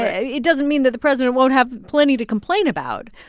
it doesn't mean that the president won't have plenty to complain about,